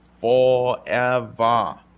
forever